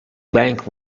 bank